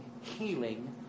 healing